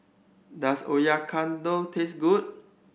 does Oyakodon taste good